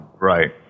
Right